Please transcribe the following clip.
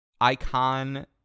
icon